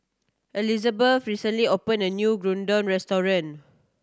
Elizbeth recently opened a new Gyudon Restaurant